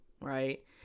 Right